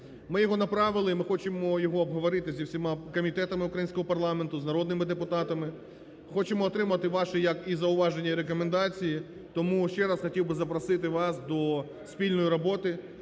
Ми його направили, ми хочемо його обговорити зі всіма комітетами українського парламенту, з народними депутатами. Хочемо отримати ваші як і зауваження, і рекомендації. Тому ще раз хотів би запросити вас до спільної роботи